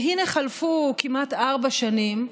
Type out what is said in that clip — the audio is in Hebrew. והינה חלפו כמעט ארבע שנים,